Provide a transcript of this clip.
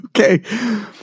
Okay